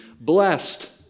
blessed